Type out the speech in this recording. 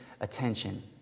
attention